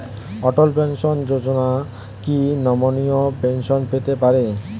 অটল pension Yojana কি নমনীয় pension পেতে পারে?